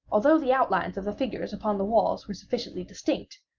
although the outlines of the figures upon the walls were sufficiently distinct,